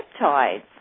peptides